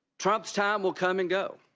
trump's time will come and go.